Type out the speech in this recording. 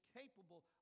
capable